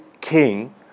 king